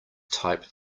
type